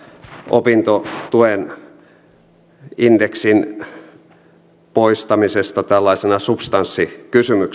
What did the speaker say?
opintotuen indeksin poistamisesta tällaisena substanssikysymyksenä